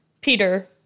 Peter